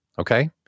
Okay